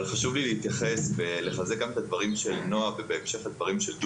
חשוב לי לחזק את הדברים של נועה ושל דודי.